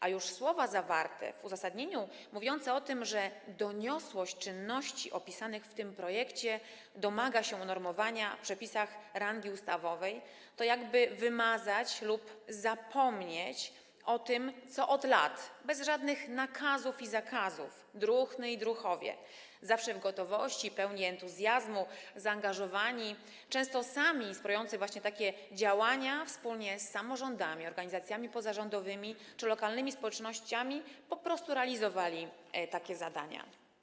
A słowa zawarte w uzasadnieniu, mówiące o tym, że doniosłość czynności opisanych w tym projekcie domaga się unormowania w przepisach rangi ustawowej, to jakby wymazać lub zapomnieć o tym, że od lat druhny i druhowie, bez żadnych nakazów i zakazów, zawsze w gotowości, pełni entuzjazmu i zaangażowani, często sami wspierający właśnie takie działania wspólnie z samorządami, organizacjami pozarządowymi czy lokalnymi społecznościami, po prostu realizowali takie zadania.